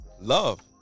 love